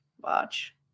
watch